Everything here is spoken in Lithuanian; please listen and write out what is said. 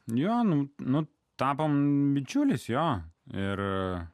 ne nu nu tapome bičiuliais jo ir